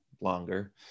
longer